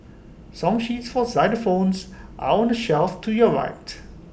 song sheets for xylophones are on the shelf to your right